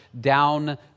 down